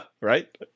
right